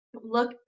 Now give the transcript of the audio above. look